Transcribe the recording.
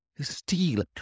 steal